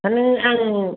हा नों आं